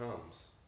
comes